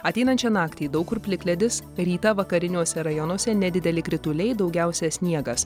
ateinančią naktį daug kur plikledis rytą vakariniuose rajonuose nedideli krituliai daugiausia sniegas